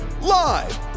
Live